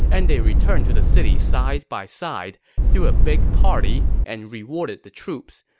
and they returned to the city side by side, threw a big party, and rewarded the troops.